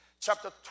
chapter